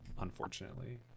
Unfortunately